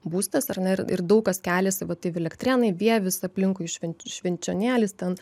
būstas ar ne ir ir daug kas keliasi vat į v elektrėnai vievis aplinkui švenč švenčionėlis ten